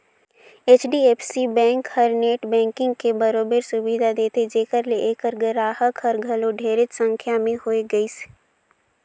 HDFC bank हर net banking के बरोबर सुबिधा देथे जेखर ले ऐखर गराहक हर घलो ढेरेच संख्या में होए गइसे